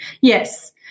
Yes